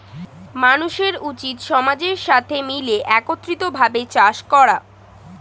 মানুষের উচিত সমাজের সাথে মিলে একত্রিত ভাবে চাষ করা